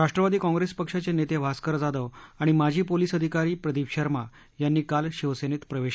राष्ट्रवादी काँग्रेस पक्षाचे नेते भास्कर जाधव आणि माजी पोलिस अधिकारी प्रदीप शर्मा यांनी काल शिवसेनेत प्रवेश केला